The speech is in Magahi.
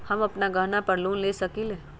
हम अपन गहना पर लोन ले सकील?